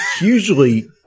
Usually